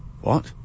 What